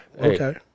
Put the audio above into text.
Okay